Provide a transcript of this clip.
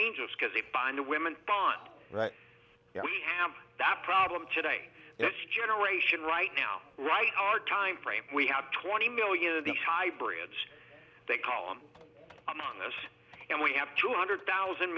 angels because they find the women gone we have that problem today this generation right now right our time frame we have twenty million of these hybrids that call on among us and we have two hundred thousand